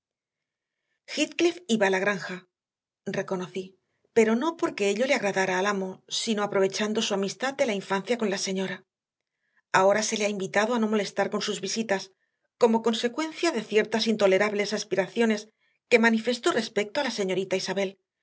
iba a la granja reconocí pero no porque ello le agradara al amo sino aprovechando su amistad de la infancia con la señora ahora se le ha invitado a no molestar con sus visitas como consecuencia de ciertas intolerables aspiraciones que manifestó respecto a la señorita isabel